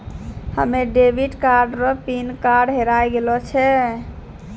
हमे debit card रो pin code हेराय गेलो छै